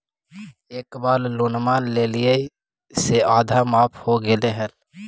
एक बार लोनवा लेलियै से आधा माफ हो गेले हल?